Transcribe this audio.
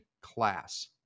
class